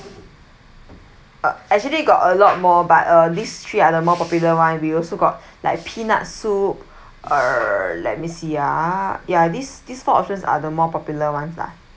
uh actually got a lot more but uh these three are the more popular [one] we also got like peanut soup err let me see ah ya these these four options are the more popular ones lah